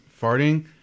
farting